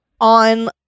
on